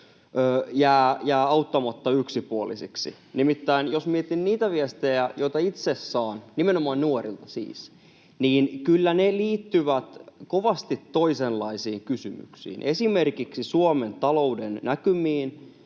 jäävät auttamatta yksipuolisiksi. Nimittäin jos mietin niitä viestejä, joita itse saan siis nimenomaan nuorilta, niin kyllä ne liittyvät kovasti toisenlaisiin kysymyksiin, esimerkiksi Suomen talouden näkymiin,